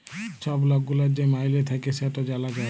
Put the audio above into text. ছব লক গুলার যে মাইলে থ্যাকে সেট জালা যায়